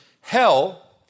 hell